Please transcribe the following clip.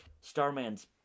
Starman's